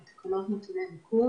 אלא בתקנות אחרות: תקש"ח נתוני מיקום.